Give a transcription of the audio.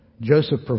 Joseph